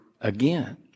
again